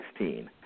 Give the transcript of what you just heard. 2016